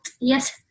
yes